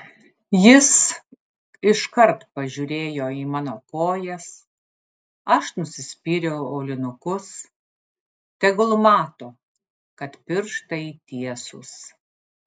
jis iškart pažiūrėjo į mano kojas aš nusispyriau aulinukus tegul mato kad pirštai tiesūs